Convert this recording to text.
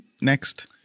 next